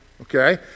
Okay